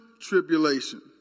tribulation